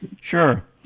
Sure